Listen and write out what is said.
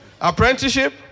apprenticeship